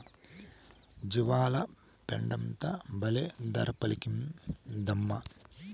జీవాల పెండంతా బల్లే ధర పలికిందమ్మా